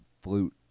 flute